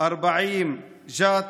40, ג'ת,